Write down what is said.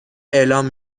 اعلام